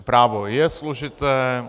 Právo je složité.